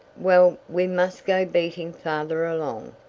well, we must go beating farther along.